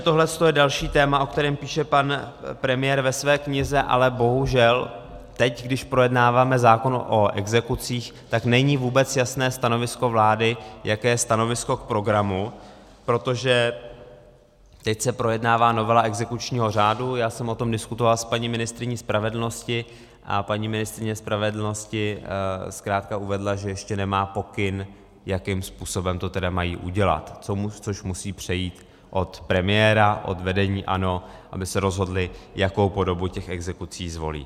Tohle je další téma, o kterém píše pan premiér ve své knize, ale bohužel teď, když projednáváme zákon o exekucích, tak není vůbec jasné stanovisko vlády, jaké je stanovisko k programu, protože teď se projednává novela exekučního řádu, já jsem o tom diskutoval s paní ministryní spravedlnosti a paní ministryně spravedlnosti zkrátka uvedla, že ještě nemá pokyn, jakým způsobem to tedy mají udělat, což musí přijít od premiéra, od vedení ANO, aby se rozhodli, jakou podobu exekucí zvolí.